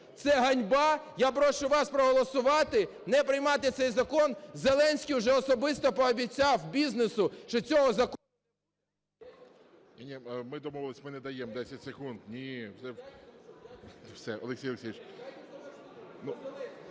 Це ганьба, я прошу вас проголосувати не приймати цей закон. Зеленський уже особисто пообіцяв бізнесу, що цього…